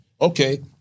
Okay